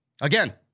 Again